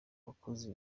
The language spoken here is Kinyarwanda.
wakoze